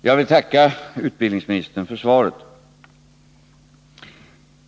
Fru talman! Jag vill tacka utbildningsministern för svaret.